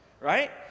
right